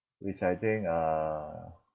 which I think uh